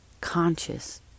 conscious